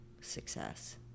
success